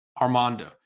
Armando